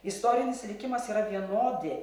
istorinis likimas yra vienodi